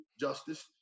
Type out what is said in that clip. justice